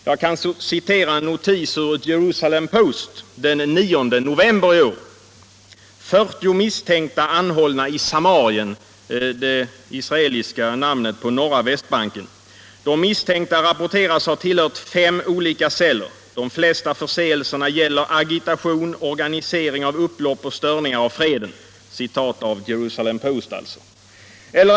Jag kan citera en notis ur Jerusalem Post den 9 november: ”Fyrtio misstänkta anhållna i Samarien —---”— det israeliska namnet på Norra västbanken. ”De misstänkta rapporteras ha tillhört fem olika celler ———. De flesta förseelserna gäller agitation, organisering av upplopp och störning av freden —---.” Ett citat ur Jerusalem Post, alltså.